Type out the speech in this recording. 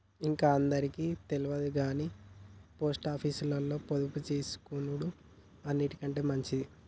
ఇంక అందరికి తెల్వదుగని పోస్టాపీసుల పొదుపుజేసుకునుడు అన్నిటికంటె మంచిది